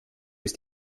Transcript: ist